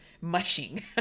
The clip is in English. mushing